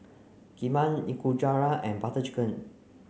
Kheema Nikujaga and Butter Chicken